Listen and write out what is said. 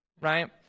Right